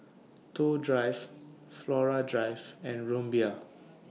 Toh Drive Flora Drive and Rumbia